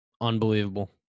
Unbelievable